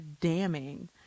damning